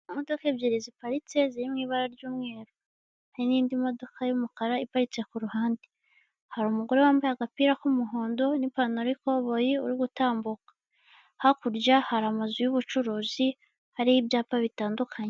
Imodoka ebyiri ziparitse ziri mu ibara ry'umweru hari n'indi modoka y'umukara iparitse ku ruhande hari umugore wambaye agapira k'umuhondo n'ipantaro y'ikoboyi uri gutambuka hakurya hari amazu y'ubucuruzi hariho ibyapa bitandukanye.